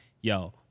yo